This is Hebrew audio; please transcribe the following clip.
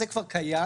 זה כבר קיים.